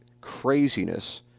craziness